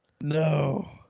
No